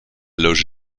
loge